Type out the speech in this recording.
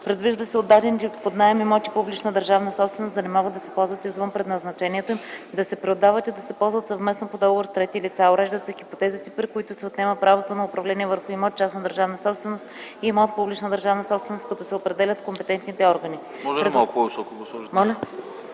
Предвижда се отдадените под наем имоти – публична държавна собственост да не могат да се ползват извън предназначението им, да се преотдават и да се ползват съвместно по договор с трети лица. Уреждат се хипотезите, при които се отнема правото на управление върху имот – частна държавна собственост и имот – публична държавна собственост, като се определят компетентните органи.